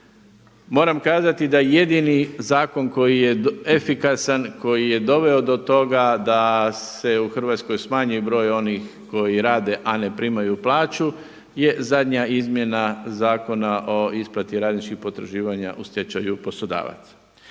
Moram kazati da je jedini zakon koji je efikasan, koji je doveo do toga da se u Hrvatskoj smanji broj onih koji rade a ne primaju plaću je zadnja izmjena zakona o isplati radničkih potraživanja u stečaju poslodavaca.